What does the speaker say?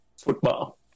football